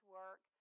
work